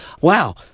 Wow